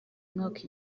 mwaka